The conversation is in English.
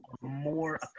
more